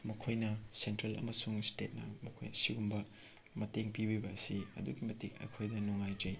ꯃꯈꯣꯏꯅ ꯁꯦꯟꯇ꯭ꯔꯦꯜ ꯑꯃꯁꯨꯡ ꯏꯁꯇꯦꯠꯅ ꯃꯈꯣꯏꯅ ꯑꯁꯤꯒꯨꯝꯕ ꯃꯇꯦꯡ ꯄꯤꯕꯤꯕ ꯑꯁꯤ ꯑꯗꯨꯛꯀꯤ ꯃꯇꯤꯛ ꯑꯩꯈꯣꯏꯗ ꯅꯨꯡꯉꯥꯏꯖꯩ